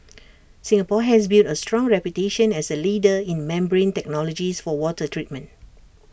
Singapore has built A strong reputation as A leader in membrane technologies for water treatment